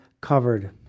covered